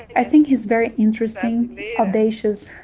i think is very interesting, audacious.